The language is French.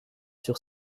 sur